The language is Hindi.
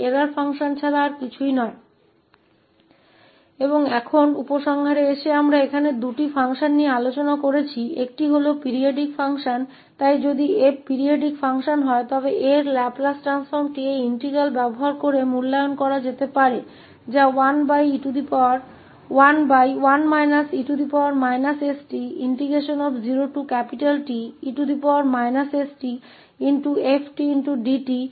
और अब निष्कर्ष पर आते हुए हमने यहां दो कार्यों पर चर्चा की है एक आवर्त फलन है इसलिए यदि 𝑓 आवर्त फलन है तो इस समाकल का उपयोग करके इसके लाप्लास रूपान्तरण का मूल्यांकन किया जा सकता है जो अब समाकलन 11 e sT0Te stfdtनहीं है